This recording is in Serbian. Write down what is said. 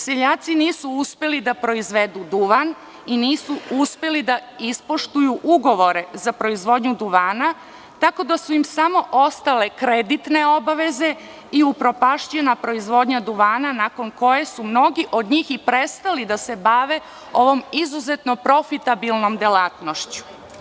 Seljaci nisu uspeli da proizvedu duvan i nisu uspeli da ispoštuju ugovore za proizvodnju duvana, tako da su im samo ostale kreditne obaveze i upropašćena proizvodnja duvana nakon koje su mnogi od njih i prestali da se bave ovom izuzetno profitabilnom delatnošću.